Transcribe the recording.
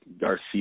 Garcia